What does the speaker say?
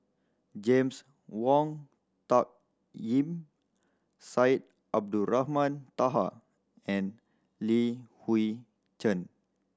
James Wong Tuck Yim Syed Abdulrahman Taha and Li Hui Cheng